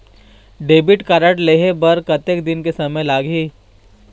Debit card लेहे बर कतेक दिन के समय लगही?